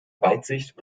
weitsicht